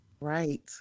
Right